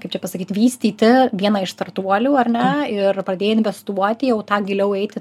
kaip čia pasakyt vystyti vieną iš startuolių ar ne ir pradėjai investuoti jau tą giliau eiti